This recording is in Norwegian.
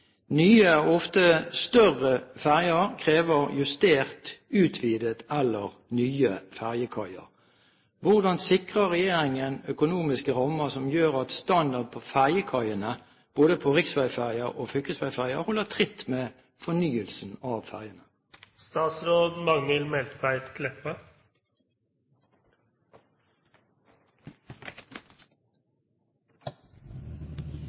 Nye og ofte større ferjer krever justerte, utvidete eller nye ferjekaier. Hvordan sikrer regjeringen økonomiske rammer som gjør at standarden på ferjekaiene både på riksveiferjer og fylkesveiferjer holder tritt med fornyelsen av